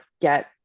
get